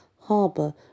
harbour